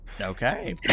Okay